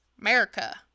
America